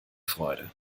freude